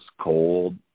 cold